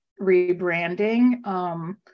rebranding